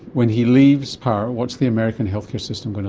when he leaves power what's the american health care system going